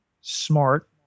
smart